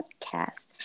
podcast